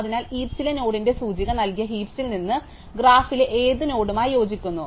അതിനാൽ ഹീപ്സിലെ നോഡിന്റെ സൂചിക നൽകിയ ഹീപ്സിൽ നിന്ന് ഗ്രാഫിലെ ഏത് നോഡുമായി യോജിക്കുന്നു